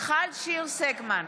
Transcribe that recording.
מיכל שיר סגמן,